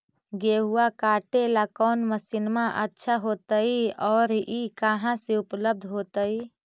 गेहुआ काटेला कौन मशीनमा अच्छा होतई और ई कहा से उपल्ब्ध होतई?